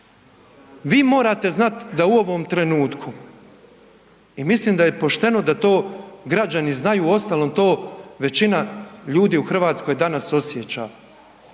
Vi morate znat da u ovom trenutku i mislim da je pošteno da to građani znaju, uostalom to većina ljudi u RH danas osjeća,